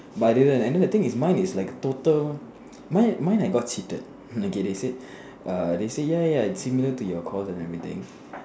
but I didn't and then the thing is mine is like total mine mine I got cheated okay they say err they say ya ya ya similar to your course and everything